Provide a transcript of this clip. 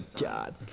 God